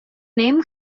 name